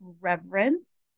reverence